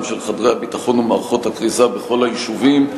של חדרי הביטחון ומערכות הכריזה בכל היישובים,